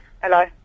Hello